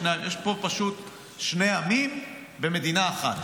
יש פה פשוט שני עמים במדינה אחת.